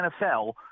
NFL